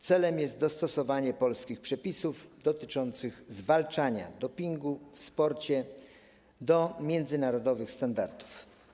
Celem jest dostosowanie polskich przepisów dotyczących zwalczania dopingu w sporcie do międzynarodowych standardów.